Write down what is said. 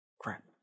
Crap